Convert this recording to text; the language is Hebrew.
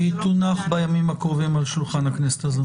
היא תונח בימים הקרובים על שולחן הכנסת הזאת.